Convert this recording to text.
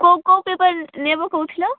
କେଉଁ କେଉଁ ପେପର୍ ନେବ କହୁଥିଲ